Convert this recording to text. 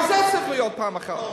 גם זה צריך להיות פעם אחת.